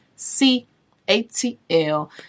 c-a-t-l